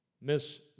miss